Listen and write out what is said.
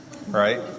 Right